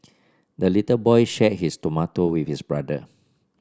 the little boy shared his tomato with his brother